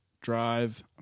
Drive